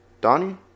Donnie